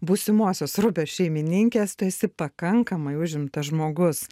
būsimosios rubio šeimininkės tu esi pakankamai užimtas žmogus